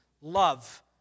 love